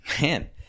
man